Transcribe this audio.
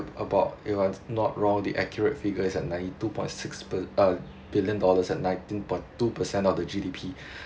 about if I not wrong the accurate figure is at ninety two point six per~ uh billion dollars and nineteen point two percent of the G_D_P